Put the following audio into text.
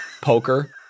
Poker